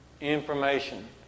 Information